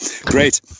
Great